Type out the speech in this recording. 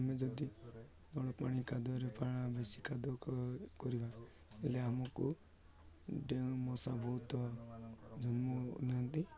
ଆମେ ଯଦି ଜଳପାଣି କାଦୁଅରେ ବେଶୀ କାଦୁଅ କରିବା ହେଲେ ଆମକୁ ଡେଙ୍ଗୁ ମଶା ବହୁତ ଜନ୍ମ ନିଅନ୍ତି